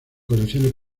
colecciones